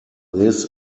this